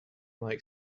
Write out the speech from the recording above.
like